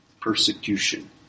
Persecution